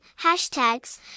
Hashtags